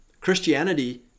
Christianity